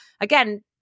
Again